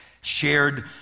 shared